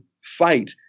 fight